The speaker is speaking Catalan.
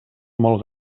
molt